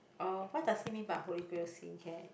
uh what does he mean by Holy Grail skin care